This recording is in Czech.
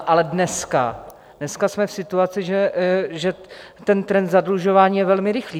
Ale dneska, dneska jsme v situaci, že ten trend zadlužování je velmi rychlý.